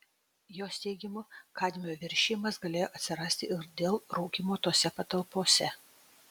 jos teigimu kadmio viršijimas galėjo atsirasti ir dėl rūkymo tose patalpose